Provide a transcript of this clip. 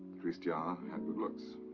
christian um had good looks.